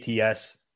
ATS